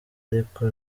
ariko